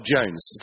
Jones